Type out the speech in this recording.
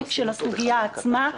הסוגיה עצמה.